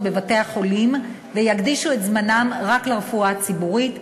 בבתי-החולים ויקדישו את זמנם רק לרפואה הציבורית.